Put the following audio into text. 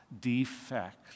defect